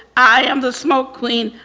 i am the smoke queen.